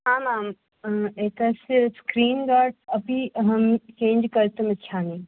आम् आम् एतस्य स्क्रीन् गार्ड् अपि अहं चेञ्ज़् कर्तुम् इच्छामि